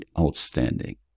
outstanding